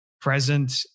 present